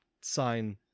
sign